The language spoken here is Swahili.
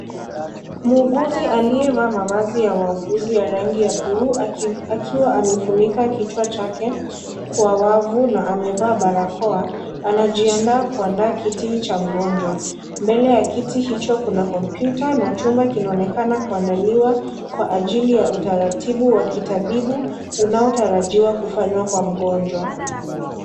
Muuguzi aliyevaa mavazi ya wauguzi ya rangi ya bluu akiwa amefunika kichwa chake kwa wavu na amevaa barakoa anajiandaa kuandaa kiti cha wagonjwa mbele ya kiti hicho kuna kompyuta na chuma kinainekana kuandaliwa kwa ajili ya utaratibu wa kitabibu unaotarajiwa kufanywa kwa mgonjwa.